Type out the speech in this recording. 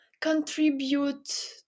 contribute